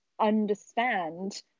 understand